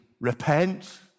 repent